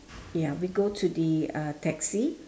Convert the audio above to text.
ya we go to the uh taxi